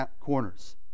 corners